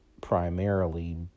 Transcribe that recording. primarily